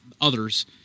others